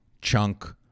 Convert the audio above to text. chunk